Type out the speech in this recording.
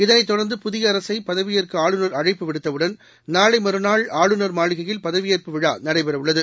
இதனைத் தொடர்ந்து புதியஅரசைபதவியேற்கஆளுநர் அழைப்பு விடுத்தவுடன் நாளைமறுநாள் ஆளுநர் மாளிகையில் பதவியேற்பு விழாநடைபெறஉள்ளது